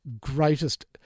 greatest